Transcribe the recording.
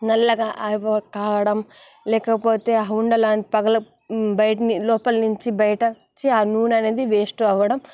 నల్లగా కావడం లేకపోతే ఆ వుండలన్నీ పగిలి బయట లోపలి నుంచి బయటకి వచ్చి ఆ నూనె అనేది వేస్ట్ అవడం